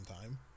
time